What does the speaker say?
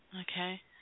Okay